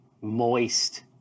moist